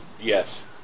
yes